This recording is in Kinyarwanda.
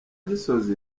gisozi